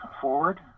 forward